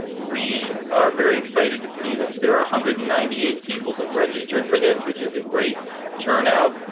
we are very excited to see that there are a hundred and ninety eight people have registered for this which is a great turnout